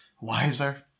Wiser